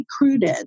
recruited